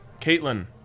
caitlin